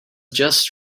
just